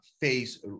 phase